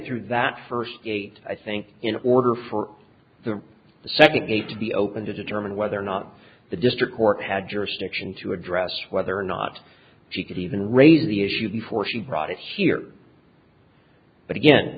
through that first i think in order for the second case to be open to determine whether or not the district court had jurisdiction to address whether or not she could even raise the issue before she brought it here but again